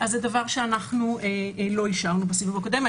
זה דבר שלא אישרנו בסיבוב הקודם.